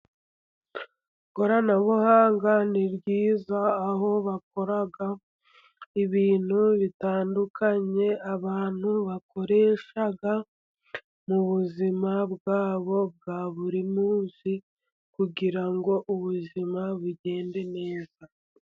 Ikoranabuhanga ni ryiza aho bakora ibintu bitandukanye, abantu bakoresha mu buzima bwabo bwa buri munsi, kugira ngo ubuzima bugende neza.